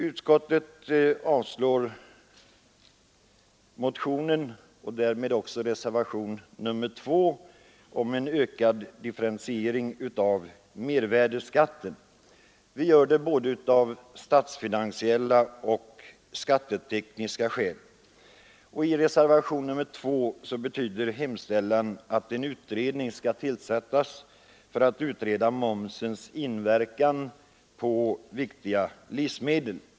Utskottet avstyrker motionen 589, som följts upp i reservationen 2, om en ökad differentiering av mervärdeskatten. Vi gör det av både statsfinansiella och skattetekniska skäl. Hemställan i reservationen 2 innebär att en utredning skall tillsättas för att utreda momsens inverkan på viktiga livsmedel.